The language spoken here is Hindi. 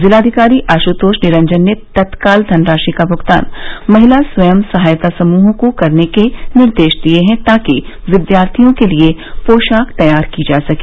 जिलाधिकारी आश्तोष निरंजन ने तत्काल धनराशि का भुगतान महिला स्वयं सहायता समूहों को करने के निर्देश दिए हैं ताकि विद्यार्थियों के लिए पोशाक तैयार की जा सके